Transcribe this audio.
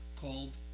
called